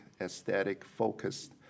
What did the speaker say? aesthetic-focused